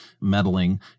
meddling